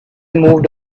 moved